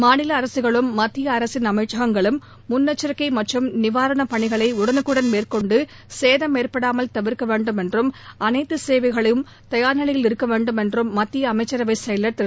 மாநில அரசுகளும் மத்திய அரசின் அமைச்சகங்களும் முன்னெச்சரிக்கை மற்றும் நிவாரண பணிகளை உடனுக்குடன் மேற்கொண்டு சேதம் ஏற்படாமல் தவிர்க்க வேண்டும் என்றும் அனைத்து சேவைகளும் தயார்நிலையில் இருக்க வேண்டும் என்றும் மத்திய அமைச்சரவை செயலர் திரு